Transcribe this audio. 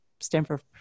Stanford